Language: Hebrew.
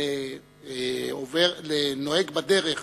לנוהג בדרך